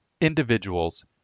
individuals